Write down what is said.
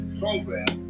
program